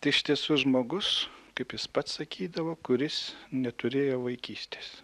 tai iš tiesų žmogus kaip jis pats sakydavo kuris neturėjo vaikystės